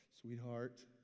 Sweetheart